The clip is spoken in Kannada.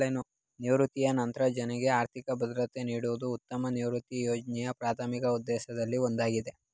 ನಿವೃತ್ತಿಯ ನಂತ್ರ ಜನ್ರುಗೆ ಆರ್ಥಿಕ ಭದ್ರತೆ ನೀಡುವುದು ಉತ್ತಮ ನಿವೃತ್ತಿಯ ಯೋಜ್ನೆಯ ಪ್ರಾಥಮಿಕ ಉದ್ದೇಶದಲ್ಲಿ ಒಂದಾಗಿದೆ